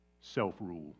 Self-rule